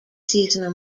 seasonal